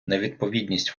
невідповідність